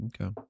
Okay